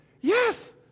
yes